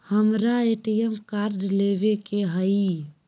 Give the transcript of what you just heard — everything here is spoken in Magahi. हमारा ए.टी.एम कार्ड लेव के हई